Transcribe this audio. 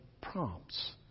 prompts